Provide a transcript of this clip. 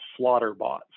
Slaughterbots